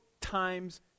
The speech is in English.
times